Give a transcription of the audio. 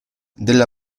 della